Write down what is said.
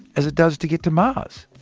as it does to get to mars.